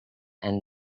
and